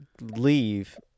leave